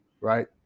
right